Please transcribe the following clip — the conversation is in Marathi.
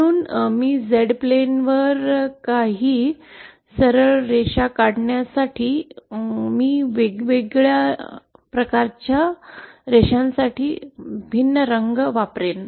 म्हणून मी Z प्लेनवर काही सरळ रेषा काढण्यासाठी मी वेगवेगळ्या प्रकारच्या रेषांसाठी भिन्न रंग वापरेन